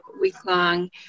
week-long